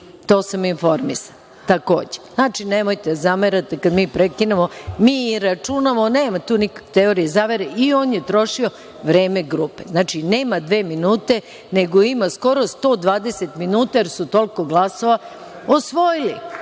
duže, informisana sam takođe. Znači nemojte da zamerate kada prekidamo, mi računamo, nema tu nikakvih teorija zavere. On je trošio vreme grupe, znači nema dva minuta, nego skoro 120 minuta jer su toliko glasova osvojili,